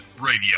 Radio